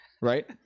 Right